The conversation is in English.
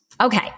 Okay